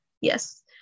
yes